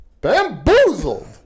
bamboozled